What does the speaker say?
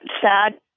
sad